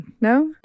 No